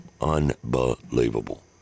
Unbelievable